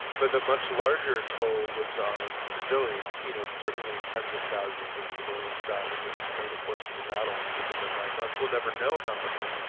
but the much larger toll was on civilians. you know certainly tens of thousands of civilians died and during the course of the battle, which took over nine months. we'll never know how many,